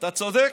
אתה צודק,